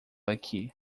aqui